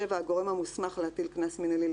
גורם מוסמך להטלת קנס מנהלי.